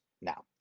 Now